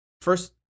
First